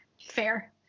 fair